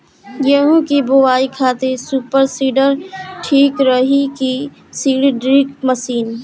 गेहूँ की बोआई खातिर सुपर सीडर ठीक रही की सीड ड्रिल मशीन?